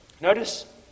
Notice